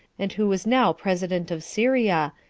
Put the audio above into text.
and who was now president of syria,